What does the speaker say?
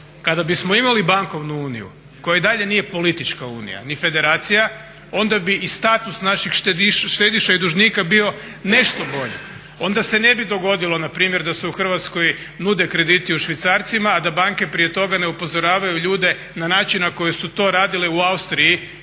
Kada bismo imali bankovnu uniju koja i dalje nije politička unija ni federacija onda bi i status naših štediša i dužnika bio nešto bolji, onda se ne bi dogodilo npr. da se u Hrvatskoj nude krediti u švicarcima, a da banke prije toga ne upozoravaju ljude na način na koji su to radile u Austriji